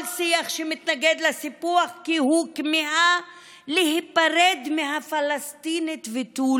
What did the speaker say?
כל שיח שמתנגד לסיפוח כי הוא כמיהה להיפרד מהפלסטינים ותו